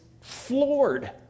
floored